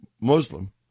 muslim